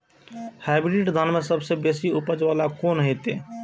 Hybrid धान में सबसे बेसी उपज बाला कोन हेते?